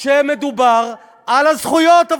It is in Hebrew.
כשמדובר על הזכויות.